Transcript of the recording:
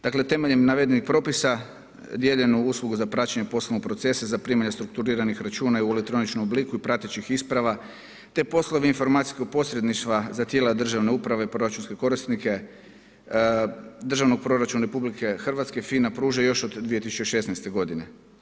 Dakle temeljem navedenih propisa dijeljenu uslugu za praćenje poslovnog procesa zaprimanje strukturiranih računa u elektroničkom obliku i pratećih isprava te poslove informacijskog posredništva za tijela državne uprave i proračunske korisnike državnog proračuna RH FIN pruža još od 2016. godine.